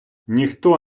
ніхто